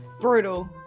Brutal